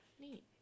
Neat